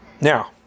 Now